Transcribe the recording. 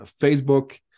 Facebook